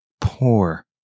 poor